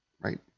Right